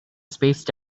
spaced